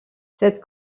cette